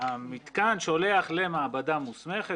מעבדה מוסמכת.